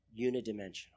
unidimensional